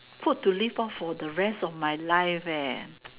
food to live off for the rest of my life eh